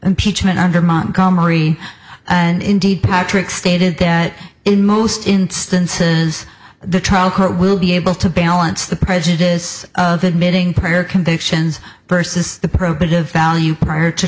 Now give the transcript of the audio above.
impeachment under montgomery and indeed patrick stated that in most instances the trial court will be able to balance the prejudice of admitting prior convictions versus the probative value prior to